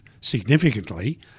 significantly